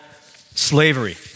slavery